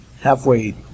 halfway